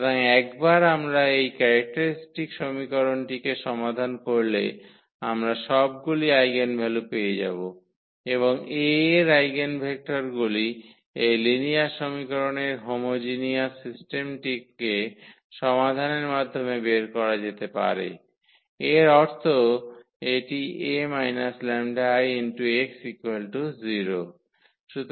সুতরাং একবার আমরা এই ক্যারেক্টারিস্টিক সমীকরণটিকে সমাধান করলে আমরা সবগুলি আইগেনভ্যালু পেয়ে যাব এবং A এর আইগেনভেক্টরগুলি এই লিনিয়ার সমীকরণের হোমোজিনিয়াস সিস্টেমকে সমাধানের মাধ্যমে বের করা যেতে পারে এর অর্থ এটি 𝐴 𝜆𝐼 𝑥 0